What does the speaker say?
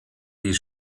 die